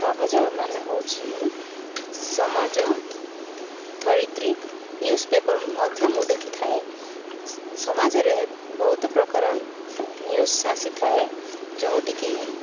କାଗଜ ମାନେ ହଉଛି ସମାଜ ଧରିତ୍ରୀ ନିଉଜ ପେପର ମଧ୍ୟ ମୁଁ ଦେଖିଥାଏ ସମାଜରେ ବହୁତ ପ୍ରକାର ନିଉଜ ଆସିଥାଏ ଯେଉଁଠି କି